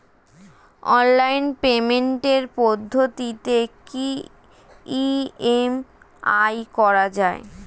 Online পেমেন্টের পদ্ধতিতে কি ই.এম.আই করা যায়?